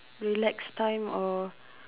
relax time or